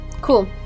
Cool